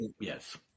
yes